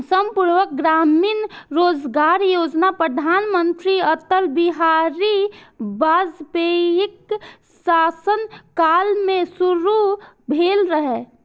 संपूर्ण ग्रामीण रोजगार योजना प्रधानमंत्री अटल बिहारी वाजपेयीक शासन काल मे शुरू भेल रहै